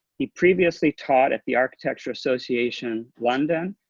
he previously taught at the architecture association, london,